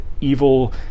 evil